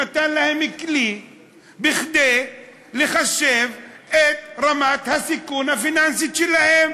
הוא נתן להם כלי לחשב את רמת הסיכון הפיננסית שלהם.